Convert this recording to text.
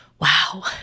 wow